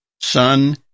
Son